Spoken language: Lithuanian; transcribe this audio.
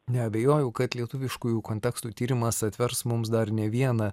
neabejoju kad lietuviškųjų kontekstų tyrimas atvers mums dar ne vieną